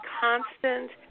constant